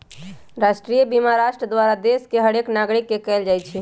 राष्ट्रीय बीमा राष्ट्र द्वारा देश के हरेक नागरिक के कएल जाइ छइ